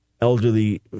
elderly